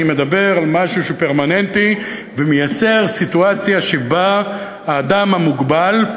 אני מדבר על משהו שהוא פרמננטי ומייצר סיטואציה שבה האדם המוגבל,